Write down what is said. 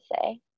say